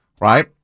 right